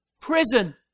Prison